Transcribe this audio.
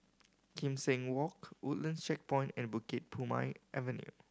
Kim Seng Walk Woodlands Checkpoint and Bukit Purmei Avenue